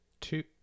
two